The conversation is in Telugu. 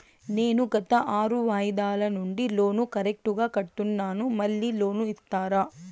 నేను గత ఆరు వాయిదాల నుండి లోను కరెక్టుగా కడ్తున్నాను, మళ్ళీ లోను ఇస్తారా?